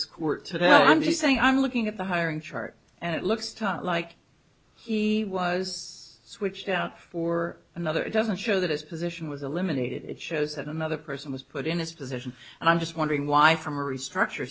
this court today i'm just saying i'm looking at the hiring chart and it looks top like he was switched out for another it doesn't show that his position was eliminated it shows another person was put in his position and i'm just wondering why from a restructure